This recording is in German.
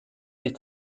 sich